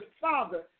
father